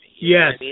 Yes